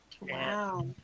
Wow